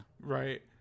Right